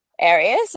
areas